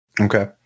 Okay